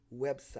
website